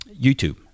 YouTube